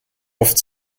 oft